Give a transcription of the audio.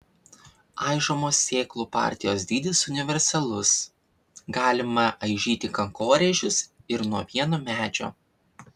aižomos sėklų partijos dydis universalus galima aižyti kankorėžius ir nuo vieno medžio